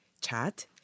chat